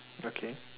okay